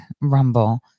Rumble